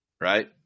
right